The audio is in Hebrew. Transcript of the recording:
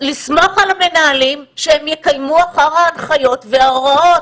לסמוך על המנהלים שהם יקיימו אחר ההנחיות וההוראות.